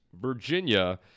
Virginia